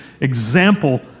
example